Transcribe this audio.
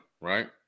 right